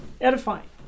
Edifying